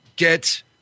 Get